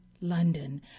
London